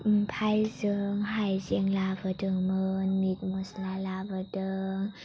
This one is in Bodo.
ओमफ्राय जों हायजें लाबोदोंमोन मित मस्ला लाबोदों